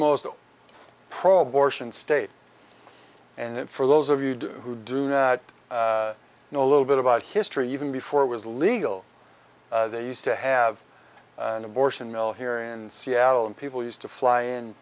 most pro abortion state and for those of you do who do not know a little bit about history even before it was legal they used to have an abortion mill here in seattle and people used to fly in